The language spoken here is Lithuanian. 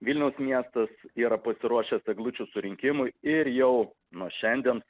vilniaus miestas yra pasiruošęs eglučių surinkimui ir jau nuo šiandien